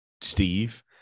steve